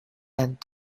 and